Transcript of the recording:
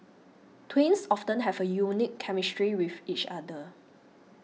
twins often have a unique chemistry with each other